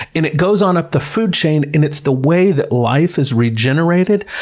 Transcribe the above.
and it goes on up the food chain, and it's the way that life is regenerated.